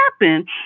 happen